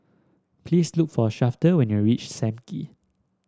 please look for Shafter when you reach Sam Kee